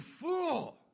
fool